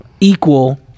equal